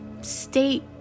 state